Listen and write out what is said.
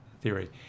theory